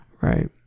Right